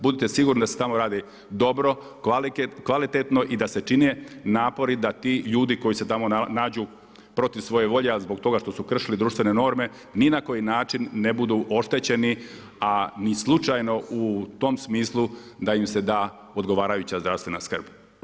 Budite siguran da se tamo radi dobro, kvalitetno i da se čine napori da ti ljudi koji se tamo nađu protiv svoje volje a zbog toga što su kršili društvene norme ni na koji način ne budu oštećeni a ni slučajno u tom smislu da im se da odgovarajuća zdravstvena skrb.